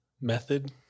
method